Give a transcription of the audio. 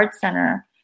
Center